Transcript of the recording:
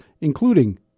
including